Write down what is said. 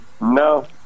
No